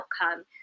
outcome